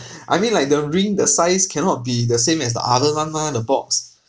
I mean like the ring the size cannot be the same as the other one mah the box